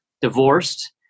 divorced